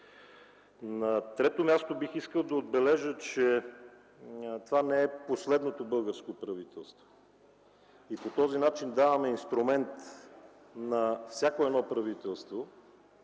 На трето място бих искал да отбележа, че това не е последното българско правителство. По този начин даваме инструмент на всяко едно правителство,